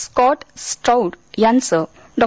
Scott Stroud यांच डॉ